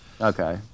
okay